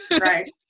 right